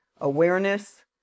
awareness